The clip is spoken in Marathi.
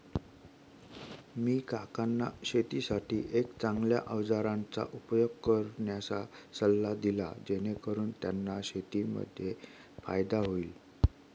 मी काकांना शेतीसाठी एक चांगल्या अवजारांचा उपयोग करण्याचा सल्ला दिला, जेणेकरून त्यांना शेतीमध्ये फायदा होईल